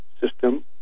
system